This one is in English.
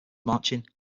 marching